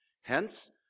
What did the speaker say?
Hence